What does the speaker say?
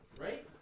right